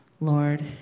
Lord